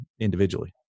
individually